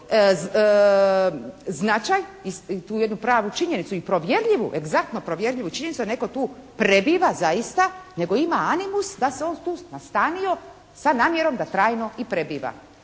značaj i tu jednu pravnu činjenicu. I provjerljivu, egzaktno provjerljivu činjenicu da netko tu prebiva zaista nego ima animus da se on tu nastanio sa namjerom da trajno i prebiva.